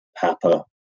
Papa